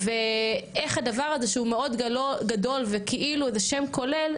ואיך הדבר הזה שהוא מאוד גדול וזה כאילו שם כולל,